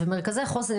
ומרכזי חוסן,